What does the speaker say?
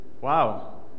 Wow